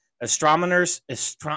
Astronomers